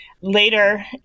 later